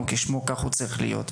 שצריך לפעול בהתאם לשמו,